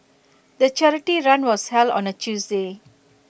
the charity run was held on A Tuesday